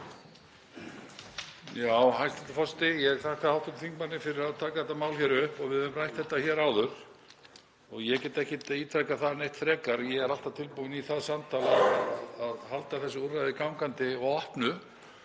Hæstv. forseti. Ég þakka hv. þingmanni fyrir að taka þetta mál hér upp. Við höfum rætt þetta áður og ég get ekki ítrekað það neitt frekar að ég er alltaf tilbúinn í það samtal að halda þessu úrræði gangandi og opnu